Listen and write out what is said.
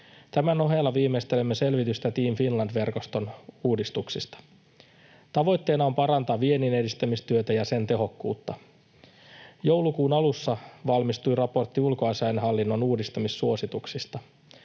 Tämän ohella viimeistelemme selvitystä Team Finland -verkoston uudistuksista. Tavoitteena on parantaa vienninedistämistyötä ja sen tehokkuutta. Joulukuun alussa valmistui raportti ulkoasiainhallinnon uudistamissuosituksista.